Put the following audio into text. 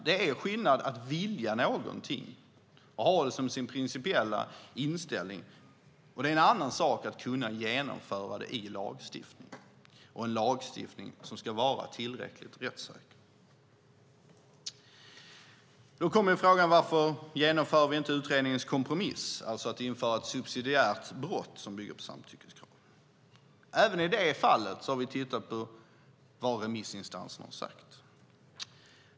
Det är en sak att vilja något, att ha det som sin principiella inställning, och en annan att kunna genomföra det i en lagstiftning som ska vara tillräckligt rättssäker. Varför genomför vi då inte utredningens kompromiss, alltså inför ett subsidiärt brott som bygger på samtyckeskrav? Även i detta fall har vi tittat på vad remissinstanserna har sagt.